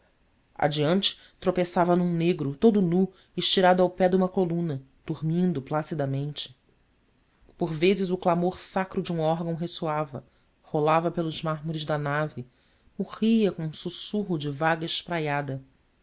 adiante tropeçava num negro todo nu estirado ao pé de uma coluna dormindo placidamente por vezes o clamor sacro de um órgão ressoava rolava pelos mármores da nave morria com um sussurro de vaga espraiada